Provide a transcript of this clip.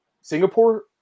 Singapore